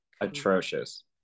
atrocious